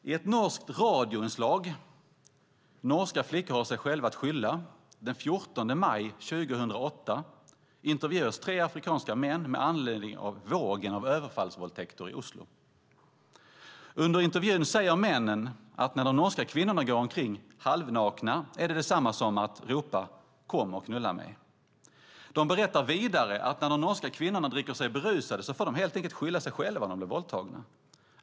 I ett norskt radioinslag med rubriken Norska flickor har sig själva att skylla den 14 maj 2008 intervjuades tre afrikanska män med anledning av vågen av överfallsvåldtäkter i Oslo. Under intervjun säger männen att när de norska kvinnorna går omkring "halvnakna" är det detsamma som att ropa: Kom och knulla mig! De berättar vidare att när de norska kvinnorna dricker sig berusade får de helt enkelt skylla sig själva om de blir våldtagna.